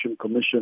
commission